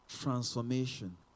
transformation